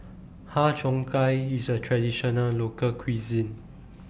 Har Cheong Gai IS A Traditional Local Cuisine